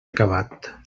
acabat